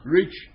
Reach